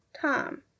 Tom